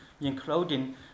including